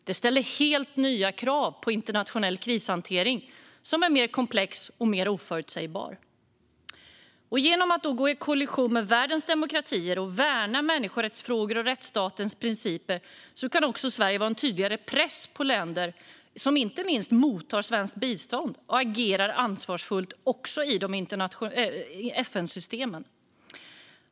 Detta ställer helt nya krav på internationell krishantering, som är mer komplex och oförutsägbar. Genom att gå i koalition med världens demokratier och värna människorättsfrågor och rättsstatens principer kan Sverige också sätta en tydligare press inte minst på länder som mottar svenskt bistånd att agera ansvarsfullt i FN-systemen.